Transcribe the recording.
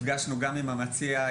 נפגשנו גם עם המציע.